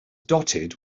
dotted